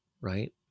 right